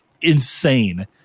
insane